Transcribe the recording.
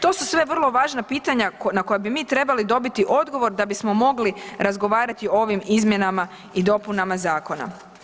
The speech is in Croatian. To su sve vrlo važna pitanja na koja bi mi trebali dobiti odgovor da bismo mogli razgovarati o ovim izmjenama i dopunama zakona.